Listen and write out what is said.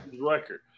record